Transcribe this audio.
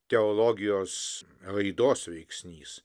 teologijos raidos veiksnys